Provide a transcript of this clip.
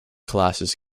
classes